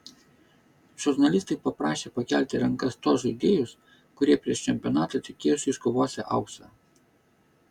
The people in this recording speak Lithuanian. žurnalistai paprašė pakelti rankas tuos žaidėjus kurie prieš čempionatą tikėjosi iškovosią auksą